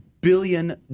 billion